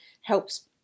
helps